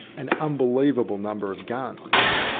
an unbelievable number of guns,